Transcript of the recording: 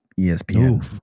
ESPN